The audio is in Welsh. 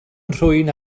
nhrwyn